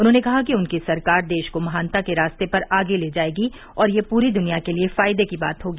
उन्हॉने कहा कि उनकी सरकार देश को महानता के रास्ते पर आगे ले जायेगी और यह पूरी दुनिया के लिए फायदे की बात होगी